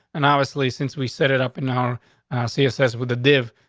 and obviously, since we set it up in our cia says with a div,